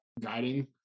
guiding